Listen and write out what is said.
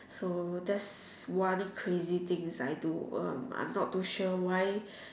so that's one crazy thing I do I'm not too sure why